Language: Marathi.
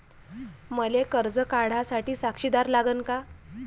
मले कर्ज काढा साठी साक्षीदार लागन का?